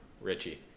Richie